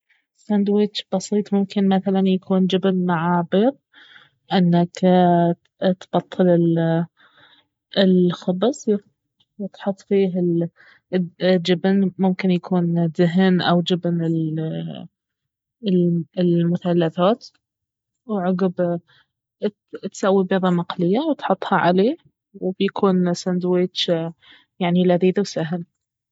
ساندويج بسيط ممكن مثلا يكون جبن مع بيض انك تبطل الخبز وتحط فيه جبن ممكن يكون دهن او جبن المثلثات وعقب اتسوي بيضة مقلية وتحطها عليه وبيكون ساندويج يعني لذيذ وسهل